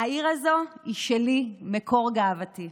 העיר הזו היא שלי, מקור גאוותי.